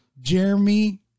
Jeremy